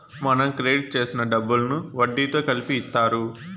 మనం క్రెడిట్ చేసిన డబ్బులను వడ్డీతో కలిపి ఇత్తారు